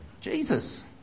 Jesus